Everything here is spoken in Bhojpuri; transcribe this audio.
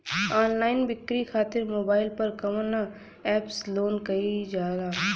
ऑनलाइन बिक्री खातिर मोबाइल पर कवना एप्स लोन कईल जाला?